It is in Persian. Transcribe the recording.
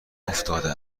افتاده